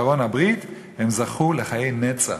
ולארון הברית הם זכו לחיי נצח,